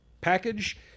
package